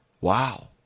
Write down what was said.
Wow